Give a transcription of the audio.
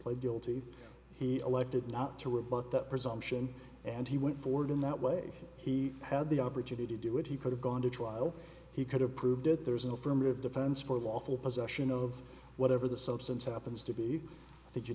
pled guilty he elected not to rebut that presumption and he went forward in that way he had the opportunity to do it he could have gone to trial he could have proved it there is an affirmative defense for lawful possession of whatever the substance happens to be that you'd